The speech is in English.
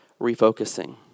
refocusing